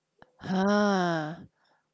!huh!